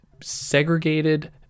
segregated